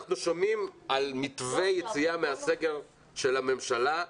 אנחנו שומעים על מתווה יציאה מהסגר של הממשלה.